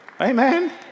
Amen